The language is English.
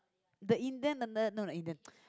the Indian n~ not the Indian